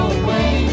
away